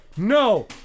no